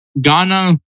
Ghana